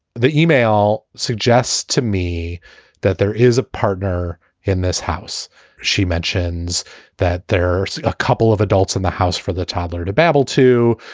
the e-mail suggests to me that there is a partner in this house she mentions that there are a couple of adults in the house for the toddler to babble to.